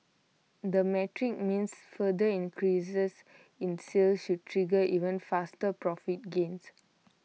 that metric means further increases in sales should trigger even faster profit gains